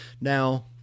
Now